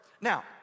Now